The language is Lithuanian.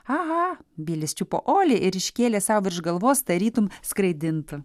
aha bilis čiupo olį ir iškėlė sau virš galvos tarytum skraidintų